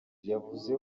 yavuze